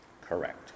Correct